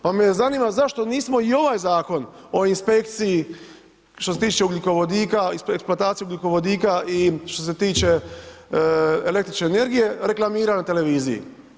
Pa me zanima zašto nismo i ovaj Zakon o inspekciji što se tiče ugljikovodika, eksplantaciju ugljikovodika i što se tiče električne energije reklamirali na televiziji.